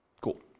Cool